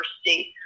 state